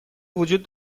وجود